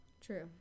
True